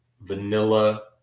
vanilla